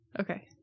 Okay